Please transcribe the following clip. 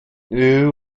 new